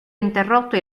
interrotto